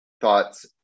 thoughts